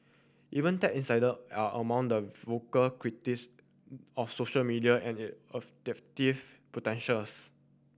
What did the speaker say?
even tech insider are among the vocal critics of social media and it of potentials